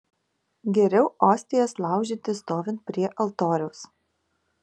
geriau ostijas laužyti stovint prie altoriaus